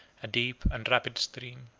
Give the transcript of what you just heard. a deep and rapid stream,